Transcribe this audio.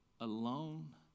alone